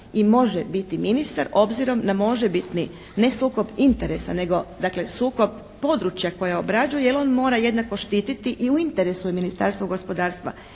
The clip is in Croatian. i može biti ministar obzirom da može biti ne sukob interesa, nego dakle sukob područja koja obrađuje, jer on mora jednako štititi i u interesu je Ministarstva gospodarstva